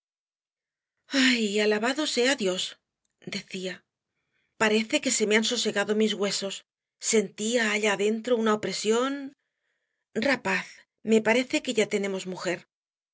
ay alabado sea dios decía parece que se me han sosegado mis huesos sentía allá dentro una opresión rapaz me parece que ya tenemos mujer